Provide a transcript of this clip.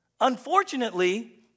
Unfortunately